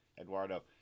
Eduardo